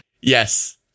yes